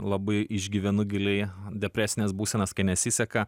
labai išgyvenu giliai depresines būsenas kai nesiseka